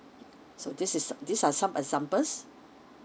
so this is these are some examples